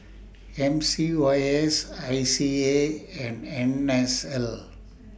M C Y S I C A and N S L